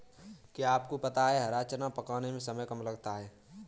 क्या आपको पता है हरा चना पकाने में समय कम लगता है?